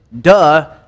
duh